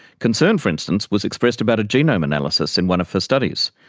concern, for instance, was expressed about a genome analysis in one of her studies,